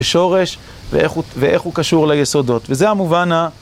שורש, ואיך הוא קשור ליסודות, וזה המובן ה...